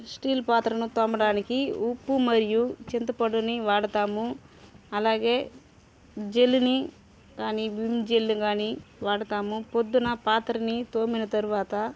steel పాత్రను తోమడానికి ఉప్పు మరియు చింతపండుని వాడతాము అలాగే జెల్లునీ కానీ విమ్ జెల్లు గానీ వాడతాము పొద్దున పాత్రని తోమిన తర్వాత